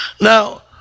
Now